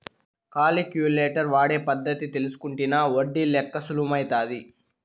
calculator వాడే పద్ధతి తెల్సుకుంటినా ఒడ్డి లెక్క సులుమైతాది